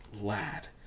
lad